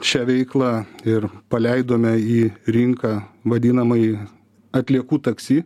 šią veiklą ir paleidome į rinką vadinamąjį atliekų taksi